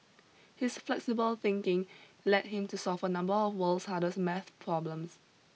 his flexible thinking led him to solve a number of world's hardest math problems